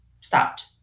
stopped